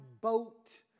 boat